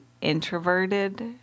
introverted